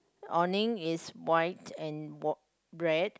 awning is white and red